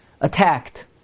attacked